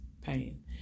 pain